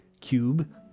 cube